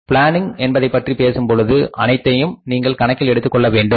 planning என்பதை பற்றி பேசும் பொழுது அனைத்தையும் நீங்கள் கணக்கில் எடுத்துக்கொள்ள வேண்டும்